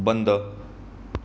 बंद